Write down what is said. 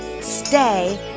stay